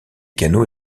canaux